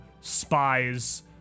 spies